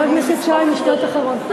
חבר הכנסת שי, משפט אחרון.